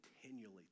continually